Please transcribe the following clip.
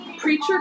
Preacher